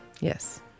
Yes